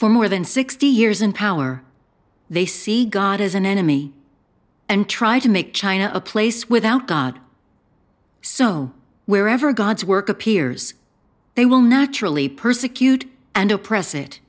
for more than sixty years in power they see god as an enemy and try to make china a place without god so wherever god's work appears they will naturally persecute and oppress